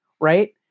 right